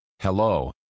Hello